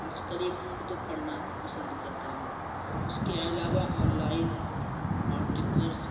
مختلف کتب پڑھنا پسند کرتا ہوں اس کے علابہ آن لائن آرٹیکلز